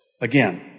Again